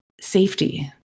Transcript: safety